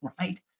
Right